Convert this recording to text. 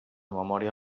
memòria